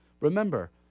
Remember